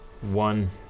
One